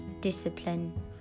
discipline